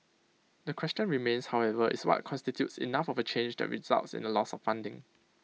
the question remains however is what constitutes enough of A change that results in A loss of funding